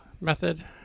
method